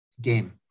game